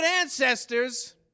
ancestors